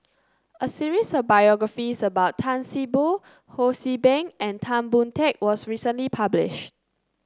a series of biographies about Tan See Boo Ho See Beng and Tan Boon Teik was recently publish